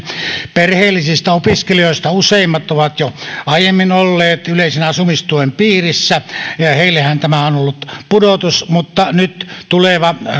perheellisistä opiskelijoista useimmat ovat jo aiemmin olleet yleisen asumistuen piirissä heillehän tämä on ollut pudotus mutta nyt tuleva